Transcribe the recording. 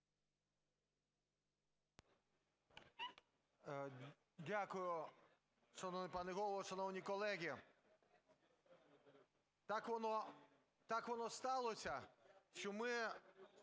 Дякую, шановний пане Голово. Шановні колеги, так воно сталося, що ми